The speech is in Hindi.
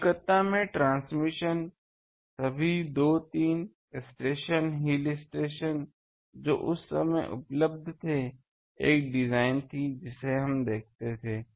कलकत्ता में ट्रांसमिशन सभी दो तीन स्टेशन हिल स्टेशन जो उस समय उपलब्ध थे एक डिज़ाइन थी जिसे हम देखते थे